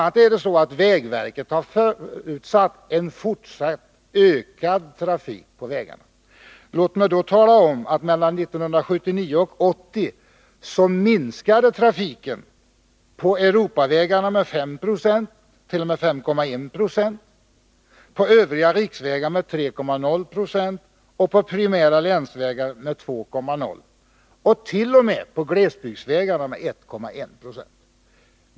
a. har vägverket förutsatt en fortsatt ökad trafik på vägarna. Låt mig då tala om att trafiken minskade mellan 1979 och 1980 på Europavägarna med 5,1 90, på övriga riksvägar med 3,0 26, på primära länsvägar med 2,0 26 och t.o.m. på glesbygdsvägarna med 1,1 96.